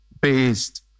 based